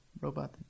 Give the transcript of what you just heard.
robot